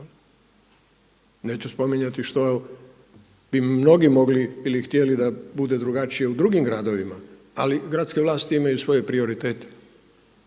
neću spominjati što bi mnogi mogli ili htjeli da bude drugačije u drugim gradovima, ali gradske vlasti imaju svoje prioritete